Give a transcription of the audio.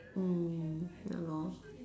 mm ya lor